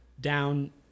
down